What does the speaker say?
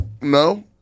No